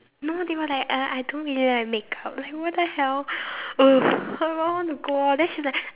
no they were like uh I don't really like make-up like what the hell !ugh! I really want to go eh then she's like